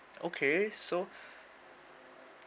okay so